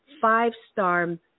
five-star